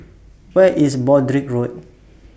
Where IS Broadrick Road